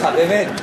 כל הכבוד לך, באמת.